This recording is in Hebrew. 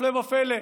הפלא ופלא,